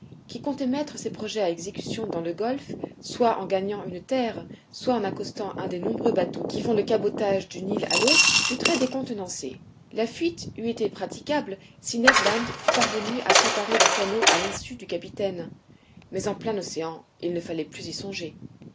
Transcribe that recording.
qui comptait mettre ses projets à exécution dans le golfe soit en gagnant une terre soit en accostant un des nombreux bateaux qui font le cabotage d'une île à l'autre fut très décontenancé la fuite eût été très praticable si ned land fût parvenu a s'emparer du canot à l'insu du capitaine mais en plein océan il ne fallait plus